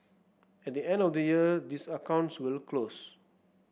at the end of the year these accounts will close